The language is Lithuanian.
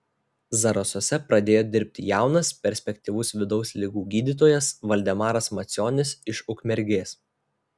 zarasuose pradėjo dirbti jaunas perspektyvus vidaus ligų gydytojas valdemaras macionis iš ukmergės